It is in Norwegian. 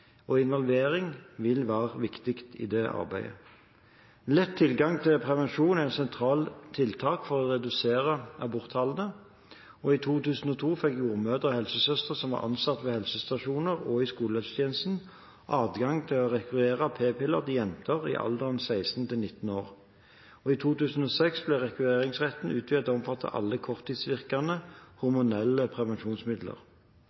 og involvering vil være viktig i det arbeidet. Lett tilgang til prevensjon er et sentralt tiltak for å redusere aborttallene. I 2002 fikk jordmødre og helsesøstre som var ansatt ved helsestasjoner og i skolehelsetjenesten, adgang til å rekvirere p-piller til jenter i alderen 16–19 år, og i 2006 ble rekvireringsretten utvidet til å omfatte alle korttidsvirkende